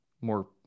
more